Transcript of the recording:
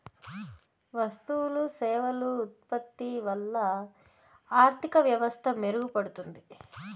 వస్తువులు సేవలు ఉత్పత్తి వల్ల ఆర్థిక వ్యవస్థ మెరుగుపడుతుంది